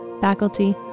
faculty